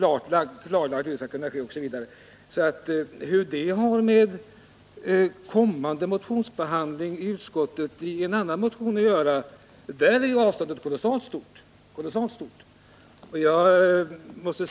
Vad detta har att göra med en kommande behandling i utskottet av en annan motion förstår jag inte.